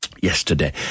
yesterday